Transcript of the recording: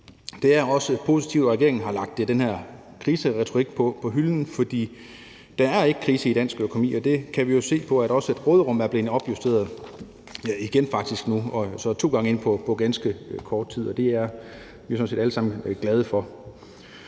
Det er også positivt, at regeringen har lagt den her kriseretorik på hylden, for der er ikke krise i dansk økonomi, og det kan vi jo se på, at også råderummet er blevet opjusteret – faktisk igen lige nu, så det er to gange inden for ganske kort tid. Det er vi sådan set alle sammen glade for.